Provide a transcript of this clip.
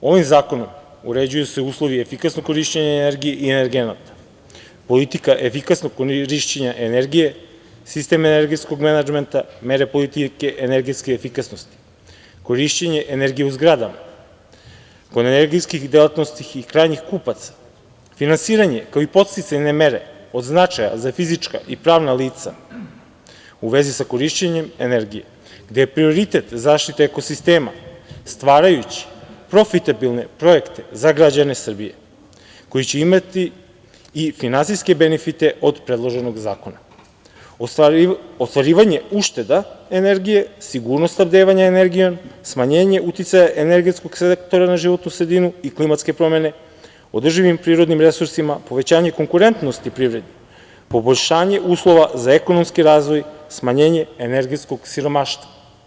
Ovim zakonom uređuju se uslovi i efikasno korišćenje energije i energenata, politika efikasnog korišćenja energije, sistem energetskog menadžmenta, mere politike energetske efikasnosti, korišćenje energije u zgradama, kod energetskih delatnosti i krajnjih kupaca, finansiranje kao i podsticajne mere od značaja za fizička i pravna lica u vezi sa korišćenjem energije, gde je prioritet zaštita ekosistema, stvarajući profitabilne projekte za građane Srbije koji će imati i finansijske benefite od predloženog zakona, ostvarivanje ušteda energije, sigurnost snabdevanja energijom, smanjenje uticaja energetskog sektora na životnu sredinu i klimatske promene održivim prirodnim resursima, povećanje konkurentnosti privrede, poboljšanje uslova za ekonomski razvoj, smanjenje energetskog siromaštva.